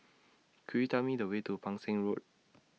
Could YOU Tell Me The Way to Pang Seng Road